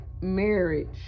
marriage